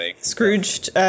Scrooge